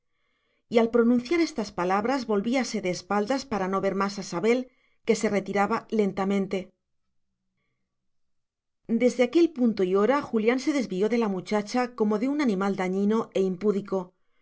y al pronunciar estas palabras volvíase de espaldas para no ver más a sabel que se retiraba lentamente desde aquel punto y hora julián se desvió de la muchacha como de un animal dañino e impúdico